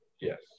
Yes